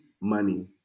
Money